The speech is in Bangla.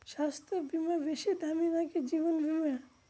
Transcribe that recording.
স্বাস্থ্য বীমা বেশী দামী নাকি জীবন বীমা?